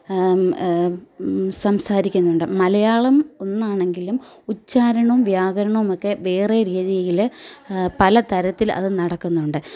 സംസാരിക്കുന്നുണ്ട് മലയാളം ഒന്നാണെങ്കിലും ഉച്ചാരണവും വ്യാകരണവുമൊക്കെ വേറെ രീതിയില് പല തരത്തിൽ അത് നടക്കുന്നുണ്ട്